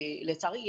לצערי,